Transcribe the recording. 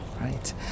right